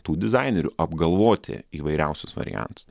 tų dizainerių apgalvoti įvairiausius variantus